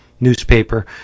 newspaper